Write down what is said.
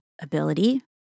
ability